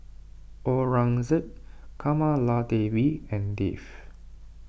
Aurangzeb Kamaladevi and Dev